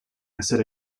ezer